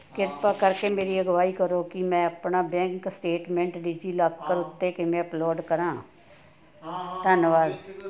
ਕ੍ਰਿਪਾ ਕਰਕੇ ਮੇਰੀ ਅਗਵਾਈ ਕਰੋ ਕਿ ਮੈਂ ਆਪਣਾ ਬੈਂਕ ਸਟੇਟਮੈਂਟ ਡਿਜੀਲਾਕਰ ਉੱਤੇ ਕਿਵੇਂ ਅੱਪਲੋਡ ਕਰਾਂ ਧੰਨਵਾਦ